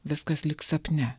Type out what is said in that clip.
viskas lyg sapne